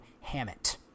Hammett